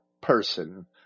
person